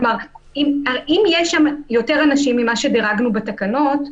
כלומר, אם יש שם יותר אנשים ממה שדירגנו בתקנות,